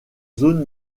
zone